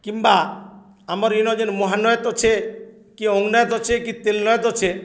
କିମ୍ବା ଆମର୍ ଇନ ଯେନ୍ ମହାନଏଦ ଅଛେ କି ଅଙ୍ଗ୍ନାଏଦ ଅଛେ କି ତେଲ୍ ନଏଦ୍ ଅଛେ